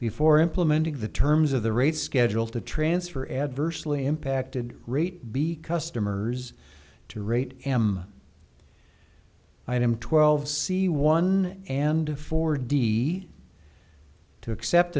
before implementing the terms of the rate schedule to transfer adversely impacted rate b customers to rate m item twelve c one and four d to accept